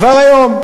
כבר היום.